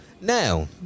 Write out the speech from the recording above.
Now